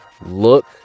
look